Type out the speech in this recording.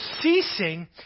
ceasing